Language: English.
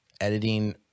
editing